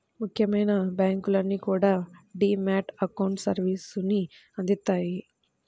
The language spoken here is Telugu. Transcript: ముఖ్యమైన బ్యాంకులన్నీ కూడా డీ మ్యాట్ అకౌంట్ సర్వీసుని అందిత్తన్నాయి